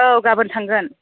औ गाबोन थांगोन